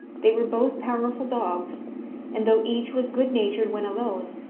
they were both powerful dogs and though each was good-natured when alone,